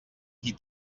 qui